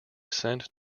sent